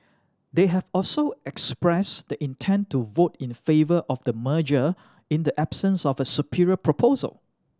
they have also expressed the intent to vote in favour of the merger in the absence of a superior proposal